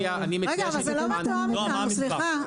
אבל זה לא מתואם איתנו, סליחה.